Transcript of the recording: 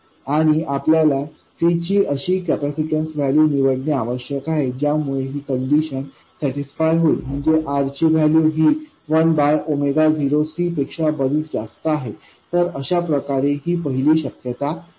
आणि आपल्याला C ची अशी कॅपेसिटन्स व्हॅल्यू निवडणे आवश्यक आहे ज्यामुळे ही कंडिशन सॅटिस्फाय होईल म्हणजेच R ची व्हॅल्यू ही 1 बाय 0C पेक्षा बरीच जास्त आहे तर अशा प्रकारे ही पहिली शक्यता आहे